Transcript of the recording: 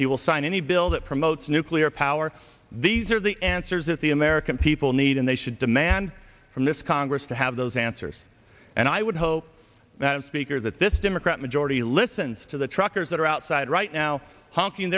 he will sign any bill that promotes nuclear power these are the answers that the american people need and they should demand from this congress to have those answers and i would hope that speaker that this democrat majority listens to the truckers that are outside right now honking